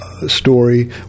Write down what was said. Story